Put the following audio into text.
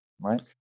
Right